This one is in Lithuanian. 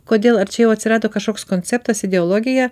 kodėl ar čia jau atsirado kažkoks konceptas ideologija